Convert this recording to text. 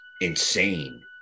insane